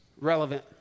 relevant